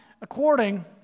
according